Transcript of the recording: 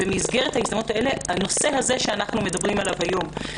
במסגרתן הנושא שאנחנו מדברים עליו היום,